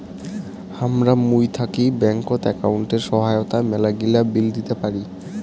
হামরা মুই থাকি ব্যাঙ্কত একাউন্টের সহায়তায় মেলাগিলা বিল দিতে পারি